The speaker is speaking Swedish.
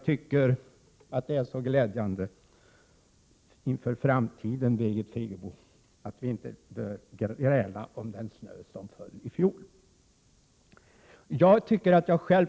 Detta är så glädjande inför framtiden, Birgit Friggebo, att vi inte behöver gräla över den snö som föll i fjol.